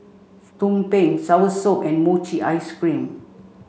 Tumpeng Soursop and Mochi ice cream